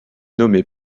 nommé